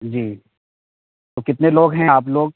جی تو کتنے لوگ ہیں آپ لوگ